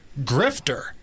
Grifter